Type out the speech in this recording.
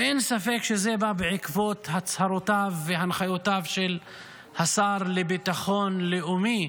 ואין ספק שזה בא בעקבות הצהרותיו והנחיותיו של השר לביטחון לאומי,